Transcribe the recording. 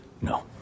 No